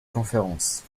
conférence